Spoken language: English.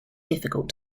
difficult